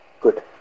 Good